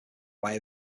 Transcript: way